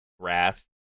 Wrath